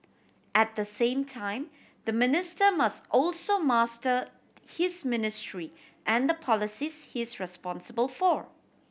at the same time the minister must also master his ministry and the policies he is responsible for